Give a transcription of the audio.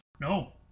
No